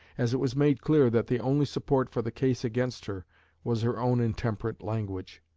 as it was made clear that the only support for the case against her was her own intemperate language.